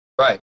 Right